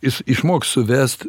jis išmoks suvest